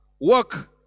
work